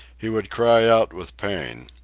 he would cry out with pain.